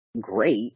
great